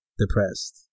depressed